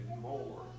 more